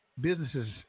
businesses